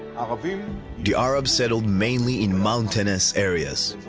um the arabs settled mainly in mountainous areas,